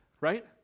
Right